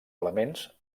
elements